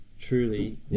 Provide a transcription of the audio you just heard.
truly